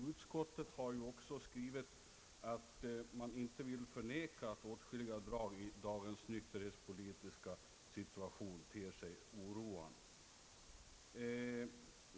Utskottet har t.ex. skrivit att man inte vill förneka att åtskilliga drag i dagens nykterhetspolitiska situation ter sig oroande.